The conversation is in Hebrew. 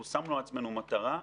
אנחנו שמנו לעצמנו מטרה,